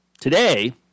today